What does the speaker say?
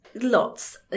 lots